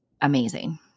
amazing